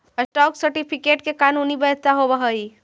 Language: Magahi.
स्टॉक सर्टिफिकेट के कानूनी वैधता होवऽ हइ